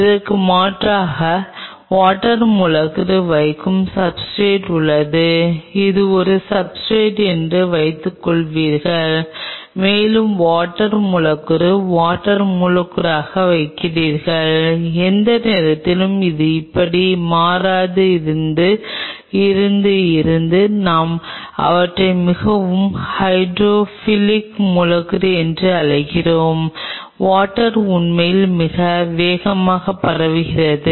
இதற்கு மாறாக வாட்டர் மூலக்கூறு வைக்கும் சப்ஸ்ர்டேட் உள்ளது இது ஒரு சப்ஸ்ர்டேட் என்று வைத்துக்கொள்வீர்கள் மேலும் வாட்டர் மூலக்கூறை வாட்டர் மூலக்கூறாக வைக்கிறீர்கள் எந்த நேரத்திலும் இது இப்படி மாறாது இங்கிருந்து இங்கிருந்து நாம் அவர்களை மிகவும் ஹைட்ரோஃபிலிக் மூலக்கூறு என்று அழைக்கிறோம் வாட்டர் உண்மையில் மிக வேகமாக பரவுகிறது